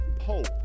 Hope